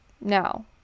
now